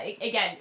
again